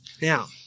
Now